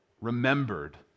remembered